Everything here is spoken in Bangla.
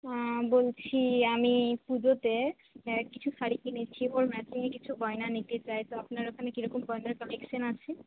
বলছি আমি পুজোতে কিছু শাড়ি কিনেছি ওর ম্যাচিংয়ে কিছু গয়না নিতে চাই তো আপনার ওখানে কীরকম গয়নার কালেকশান আছে